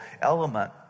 element